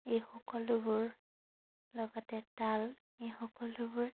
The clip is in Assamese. এই সকলোবোৰ লগতে তাল এই সকলোবোৰ